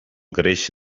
greix